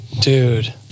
dude